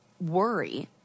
worry